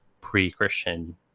pre-Christian